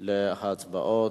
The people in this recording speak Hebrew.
פליטות.